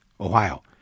Ohio